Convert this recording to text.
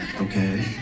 okay